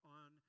on